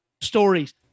stories